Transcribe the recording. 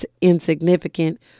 insignificant